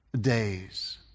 Days